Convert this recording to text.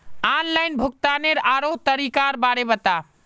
online भुग्तानेर आरोह तरीकार बारे बता